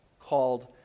called